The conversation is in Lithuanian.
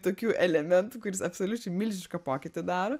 tokių elementų kuris absoliučiai milžinišką pokytį daro